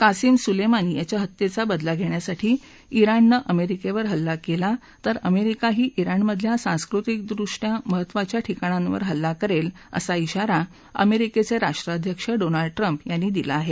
Qasem Soleimani याच्या हत्येचा बदला घेण्यासाठी उर्णानं अमेरिकेवर हल्ला केला तर अमेरिकाही उर्णमधल्या सांस्कृतिकवृष्ट्या महत्वाच्या असलेल्या ठिकाणांवर हल्ला करेल असा ि गारा अमेरिकेचे राष्ट्राध्यक्ष डोनाल्ड ट्रम्प यांनी दिला आहे